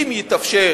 אם תתאפשר